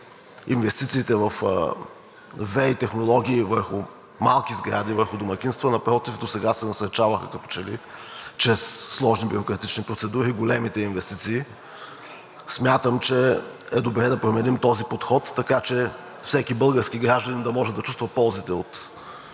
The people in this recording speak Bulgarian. инвестициите във ВЕИ технологии върху малки сгради, върху домакинства – напротив, досега се насърчаваха, като че ли чрез сложни бюрократични процедури големите инвестиции. Смятам, че е добре да променим този подход, така че всеки български гражданин да може да чувства ползите от